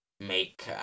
make